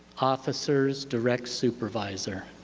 officers direct supervisor.